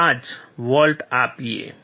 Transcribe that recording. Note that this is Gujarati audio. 5 વોલ્ટ આપીયે